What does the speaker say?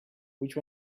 which